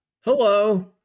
Hello